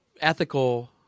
ethical